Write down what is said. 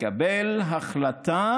לקבל החלטה